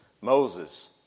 Moses